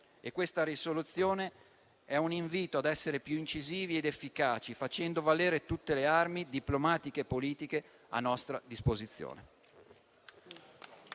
Questa risoluzione, pertanto, è un invito ad essere più incisivi ed efficaci, facendo valere tutte le armi diplomatiche e politiche a nostra disposizione.